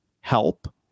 help